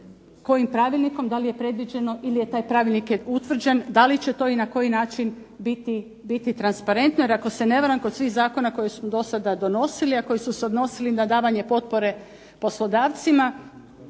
Kojim pravilnikom? Da li je predviđeno ili je taj pravilnik utvrđen da li će to i na koji način biti transparentno? Jer ako se ne varam kod svih zakona koje smo dosada donosili, a koji su se odnosili na davanje potpore poslodavcima